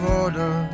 order